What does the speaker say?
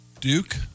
Duke